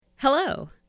Hello